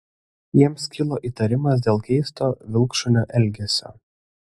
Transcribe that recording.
jiems kilo įtarimas dėl keisto vilkšunio elgesio